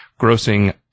grossing